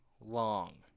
Long